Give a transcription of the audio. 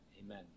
Amen